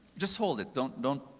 just hold it. don't don't